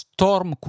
Storm